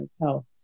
health